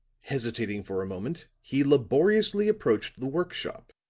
hesitating for a moment, he laboriously approached the work shop,